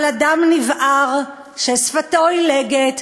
אבל אדם נבער ששפתו עילגת,